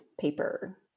paper